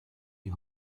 die